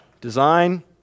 design